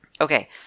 Okay